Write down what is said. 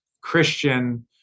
Christian